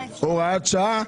הוראת שעה,